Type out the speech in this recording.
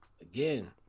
again